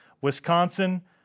Wisconsin